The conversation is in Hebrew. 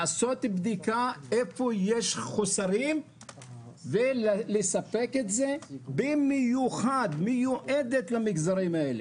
לעשות בדיקה איפה יש חסרים ולספק את זה במיוחד למגזרים האלה,